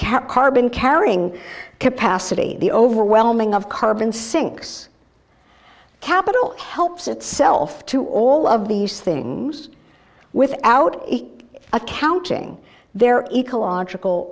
can't carbon carrying capacity the overwhelming of carbon sinks capital helps itself to all of these things without accounting their ecological